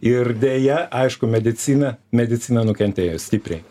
ir deja aišku medicina medicina nukentėjo stipriai